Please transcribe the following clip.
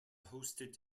hosted